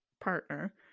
partner